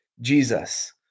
Jesus